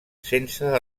sense